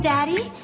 Daddy